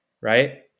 Right